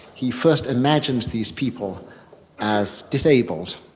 he first imagines these people as disabled,